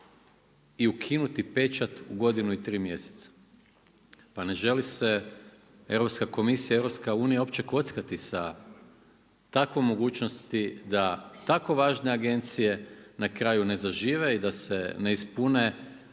i ukinuti pečat u godinu i tri mjeseca. Pa ne želi se Europska komisija, EU, uopće kockati sa takvom mogućnosti da tako važne agencije na kraju ne zažive i da se ne ispune